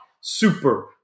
super